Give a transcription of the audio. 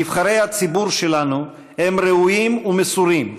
נבחרי הציבור שלנו הם ראויים ומסורים,